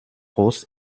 rost